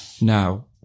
Now